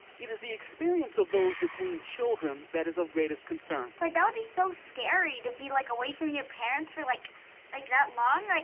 it is the experience of those detained children that is of greatest concern. like that would be so scary, to be like away from your parents for like like that long. like